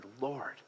Lord